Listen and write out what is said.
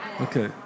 Okay